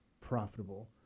profitable